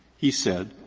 he said,